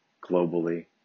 globally